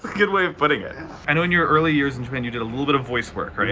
good way of putting it. i know in your early years in japan, you did a little bit of voice work, right?